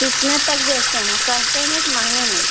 कितने तक बेचते हैं सस्ते में कि महँगे में